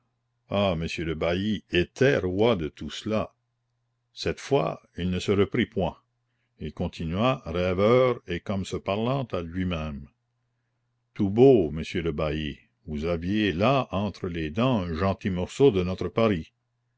ah monsieur le bailli était roi de tout cela cette fois il ne se reprit point il continua rêveur et comme se parlant à lui-même tout beau monsieur le bailli vous aviez là entre les dents un gentil morceau de notre paris